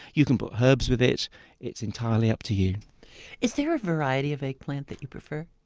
you can put herbs with it it's entirely up to you is there a variety of eggplant that you prefer?